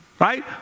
Right